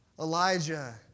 Elijah